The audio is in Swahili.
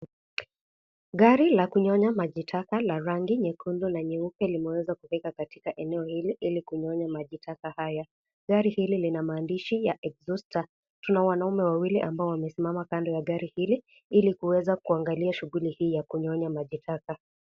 Gari la kunyonya maji taka la rangi nyekundu nyeupe linaweza hili kunyonya maji taka haya gari hili linamaandishi ya" exhauster "kuna wanaume wawili ambao wamesimama kando ya gari hili ili kuweza kuangalia shughuli hii ya maji taka